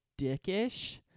dickish